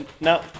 no